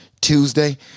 Tuesday